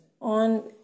on